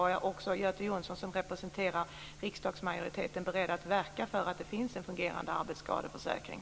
Och är Göte Jonsson, som representerar riksdagsmajoriteten, beredd att verka för att det finns en fungerande arbetsskadeförsäkring?